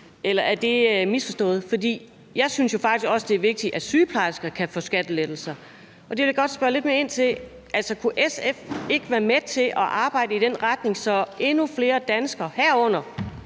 Eller har jeg misforstået det? For jeg synes jo faktisk også, det er vigtigt, at sygeplejersker kan få skattelettelser, og det vil jeg godt spørge lidt mere ind til. Altså, kunne SF ikke være med til at arbejde i den retning, så endnu flere danskere, herunder